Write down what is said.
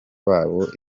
babo